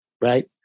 right